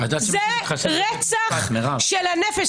זה רצח של הנפש.